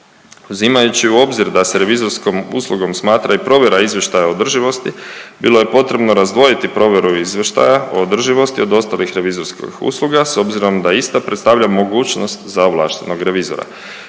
Uzimajući u obzir da se revizorskom uslugom smatra i provjera izvještaja o održivosti, bilo je potrebno razdvojiti provjeru izvještaja od o održivosti od ostalih revizorskih usluga, s obzirom da ista predstavlja mogućnost za ovlaštenog revizora.